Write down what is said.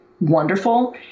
wonderful